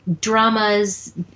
dramas